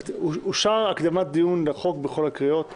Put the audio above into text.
אושר הבקשה להקדמת הדיון בחוק בכל הקריאות אושרה.